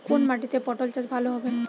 কোন মাটিতে পটল চাষ ভালো হবে?